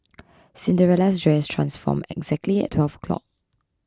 Cinderella's dress transformed exactly at twelve o'clock